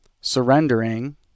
surrendering